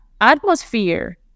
atmosphere